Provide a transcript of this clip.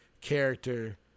character